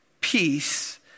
Peace